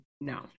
No